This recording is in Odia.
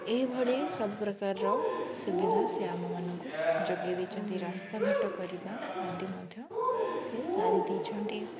ଏହିଭଳି ସବୁପ୍ରକାରର ସୁବିଧା ସିଏ ଆମମାନଙ୍କୁ ଯୋଗେଇ ଦେଇଛନ୍ତି ରାସ୍ତାଘାଟ କରିବା ଆଦି ମଧ୍ୟ ସେ ସାରିଦେଇଛନ୍ତି